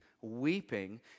weeping